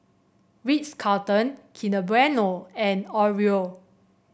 Ritz Carlton Kinder Bueno and Oreo